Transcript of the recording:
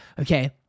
Okay